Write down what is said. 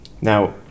Now